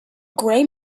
gray